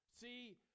See